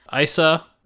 Isa